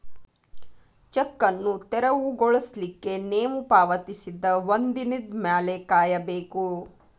check ಅನ್ನು ತೆರವುಗೊಳಿಸ್ಲಿಕ್ಕೆ ನೇವು ಪಾವತಿಸಿದ ಒಂದಿನದ್ ಮ್ಯಾಲೆ ಕಾಯಬೇಕು